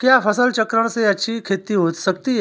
क्या फसल चक्रण से अच्छी खेती हो सकती है?